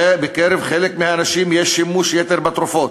בקרב חלק מהאנשים יש שימוש יתר בתרופות,